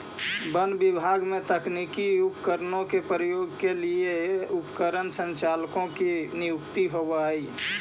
वन विभाग में तकनीकी उपकरणों के प्रयोग के लिए उपकरण संचालकों की नियुक्ति होवअ हई